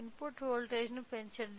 input వోల్టేజ్ని పెంచండి